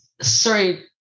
sorry